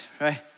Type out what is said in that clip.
right